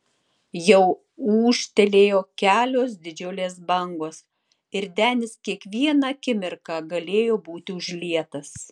jau ūžtelėjo kelios didžiulės bangos ir denis kiekvieną akimirką galėjo būti užlietas